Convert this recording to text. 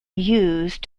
used